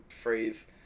phrase